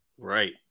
right